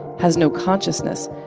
has no consciousness.